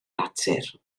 natur